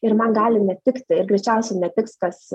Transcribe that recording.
ir man gali netikti ir greičiausiai netiks kas